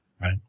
Right